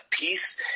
peace